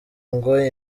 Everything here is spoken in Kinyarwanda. ngo